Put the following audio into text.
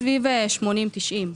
סביב 80, 90 פקחים.